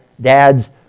dads